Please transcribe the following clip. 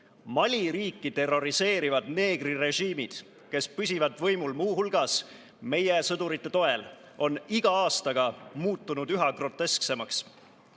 Mali riiki terroriseerivad neegrirežiimid, kes püsivad võimul muu hulgas meie sõdurite toel, on iga aastaga muutunud üha grotesksemaks.